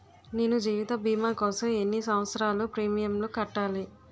నేను జీవిత భీమా కోసం ఎన్ని సంవత్సారాలు ప్రీమియంలు కట్టాలి?